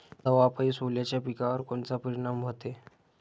दवापायी सोल्याच्या पिकावर कोनचा परिनाम व्हते?